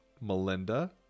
Melinda